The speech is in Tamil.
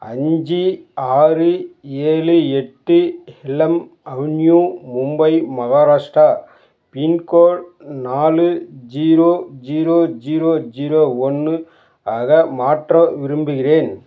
அஞ்சு ஆறு ஏழு எட்டு LM avenue Mumbai Maharashtra pincode நாலு ஜீரோ ஜீரோ ஜீரோ ஜீரோ ஒன்று ஆக மாற்ற விரும்புகின்றேன்